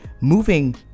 Moving